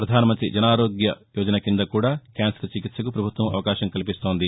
ప్రధానమంతి జన ఆరోగ్య యోజన కింద కూడా క్యాన్సర్ చికిత్సకు ప్రభుత్వం అవకాశం కల్పించింది